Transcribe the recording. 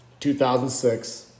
2006